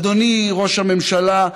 אדוני ראש הממשלה,